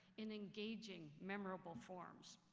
in engaging, memorable forms.